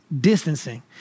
distancing